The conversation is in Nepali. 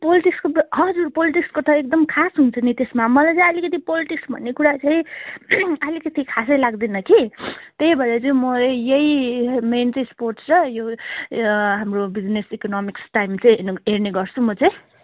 पोलिटिक्सको ब हजुर पोलिटिक्सको त एकदम खास हुन्छ नि त्यसमा मलाई चाहिँ अलिकति पोलिटिक्स भन्ने कुरा चाहिँ अलिकति खासै लाग्दैन कि त्यही भएर चाहिँ म यही मेन चाहिँ स्पोर्टस् र यो हाम्रो बिजनेस इकोनमिक्स टाइम्स चाहिँ हेर्नु हेर्ने गर्छु म चाहिँ